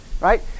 Right